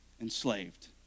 enslaved